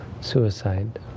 suicide